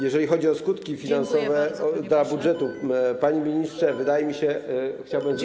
Jeżeli chodzi o skutki finansowe dla budżetu, panie ministrze, wydaje mi się, chciałbym podać.